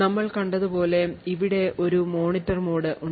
നമ്മൾ കണ്ടതുപോലെ ഇവിടെ ഒരു മോണിറ്റർ മോഡ് ഉണ്ട്